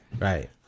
Right